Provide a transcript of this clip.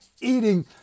eating